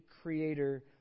creator